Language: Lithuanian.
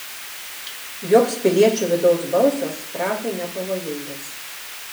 joks piliečio vidaus balsas prahai nepavojingas